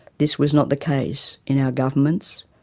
this was not the case in our governments,